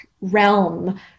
realm